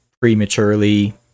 prematurely